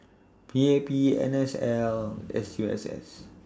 P A P N S L S U S S